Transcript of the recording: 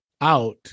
out